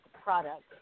product